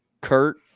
kurt